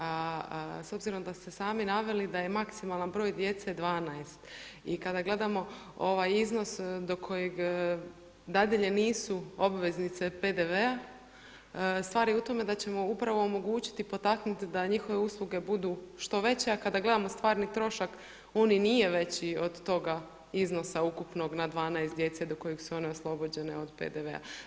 A s obzirom da ste sami naveli da je maksimalna broj djece 12 i kada gledamo ovaj iznos do kojeg dadilje nisu obveznice PDV-a stvar je u tome da ćemo upravo omogućiti potaknuti da njihove usluge budu što veće, a kada gledamo stvarni trošak on i nije veći od toga iznosa ukupnog na 12 djece do kojeg su one oslobođene od PDV-a.